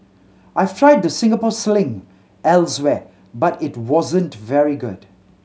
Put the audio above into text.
I've tried the Singapore Sling elsewhere but it wasn't very good